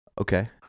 Okay